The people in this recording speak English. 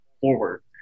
forward